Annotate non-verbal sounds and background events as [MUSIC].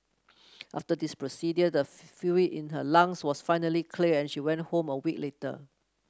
after this procedure the [UNINTELLIGIBLE] fluid in her lungs was finally cleared and she went home a week later